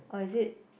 or is it